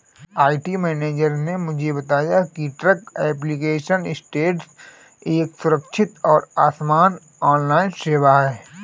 IT manager ने मुझे बताया की ट्रैक एप्लीकेशन स्टेटस एक सुरक्षित और आसान ऑनलाइन सेवा है